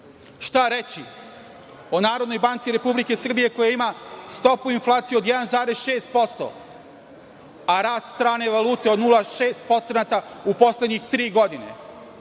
reći o Narodnoj banci Republike Srbije, koja ima stopu inflacije od 1,6%, a rast strane valute od 0,6% u poslednjih tri godine? To